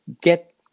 get